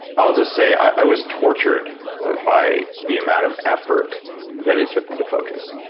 i'll just say i was tortured by the amount of effort that it took me to focus.